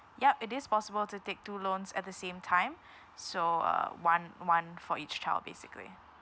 yup it is possible to take two loans at the same time so uh one one for each child basically